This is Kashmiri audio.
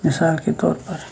مِثال کے طور پر